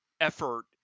effort